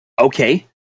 Okay